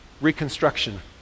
Reconstruction